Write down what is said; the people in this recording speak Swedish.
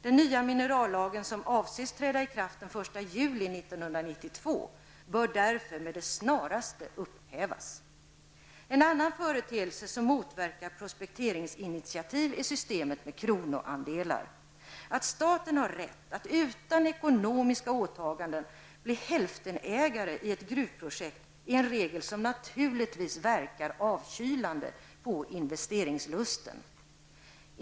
Den nya minerallagen, som avses träda i kraft den 1 juli 1992, bör därför med det snaraste upphävas. En annan företeelse som motverkar prospekteringsinitiativ är systemet med kronoandelar. Att staten har rätt att utan ekonomiska åtaganden bli hälftenägare i ett gruvprojekt är en regel som naturligtvis verkar avkylande på investeringslusten.